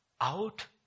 out